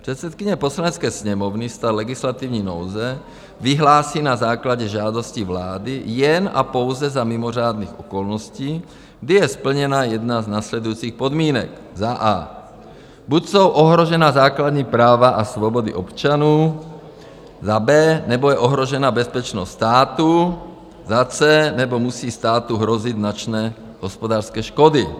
Předsedkyně Poslanecké sněmovny stav legislativní nouze vyhlásí na základě žádosti vlády jen a pouze za mimořádných okolností, kdy je splněna jedna z následujících podmínek: a) buď jsou ohrožena základní práva a svobody občanů, b) nebo je ohrožena bezpečnost státu, c) nebo musí státu hrozit značné hospodářské škody.